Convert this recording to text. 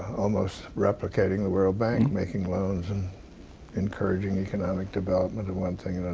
almost replicating the world bank, making loans and encouraging economic development and one thing